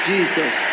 Jesus